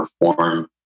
perform